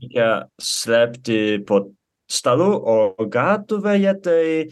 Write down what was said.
reikia slėpti po stalu o gatvėje tai